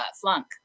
flunk